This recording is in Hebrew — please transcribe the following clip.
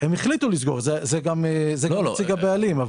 כשאת זה גם הציג הבעלים.